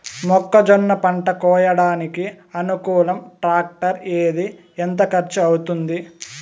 మొక్కజొన్న పంట కోయడానికి అనుకూలం టాక్టర్ ఏది? ఎంత ఖర్చు అవుతుంది?